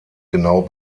genau